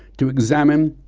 to examine,